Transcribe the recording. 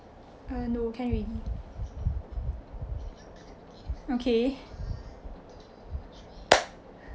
uh no can already okay